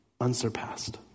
unsurpassed